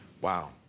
wow